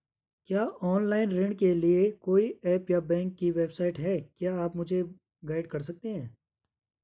क्या ऑनलाइन ऋण के लिए कोई ऐप या बैंक की वेबसाइट है क्या आप मुझे गाइड कर सकते हैं?